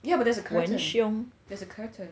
yeah but there's a curtain there's a curtain